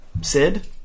Sid